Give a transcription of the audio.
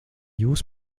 jūs